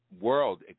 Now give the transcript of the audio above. world